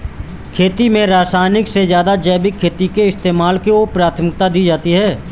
खेती में रासायनिक से ज़्यादा जैविक खेती के इस्तेमाल को प्राथमिकता दी जाती है